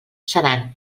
seran